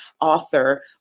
author